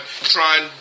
Trying